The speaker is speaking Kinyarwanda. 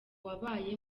wabaye